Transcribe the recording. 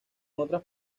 otras